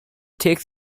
takes